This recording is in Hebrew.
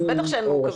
אז בטח שאין מעוכבים.